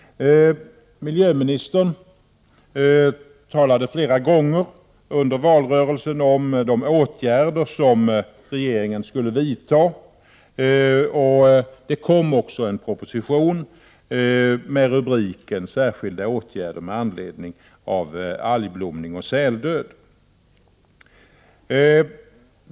Miljöministern talade flera gånger under valrörelsen om de åtgärder som regeringen skulle vidta. Det kom också en proposition med rubriken Särskilda åtgärder med anledning av algblomning och säldöd.